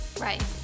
Right